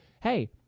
hey—